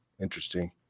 Interesting